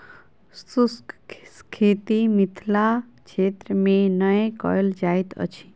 शुष्क खेती मिथिला क्षेत्र मे नै कयल जाइत अछि